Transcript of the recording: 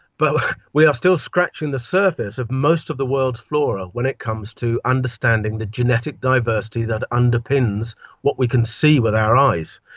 but we are still scratching the surface of most of the world's flora when it comes to understanding the genetic diversity that underpins what we can see with our eyes.